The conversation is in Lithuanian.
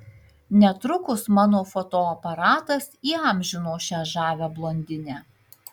netrukus mano fotoaparatas įamžino šią žavią blondinę